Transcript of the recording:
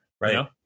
right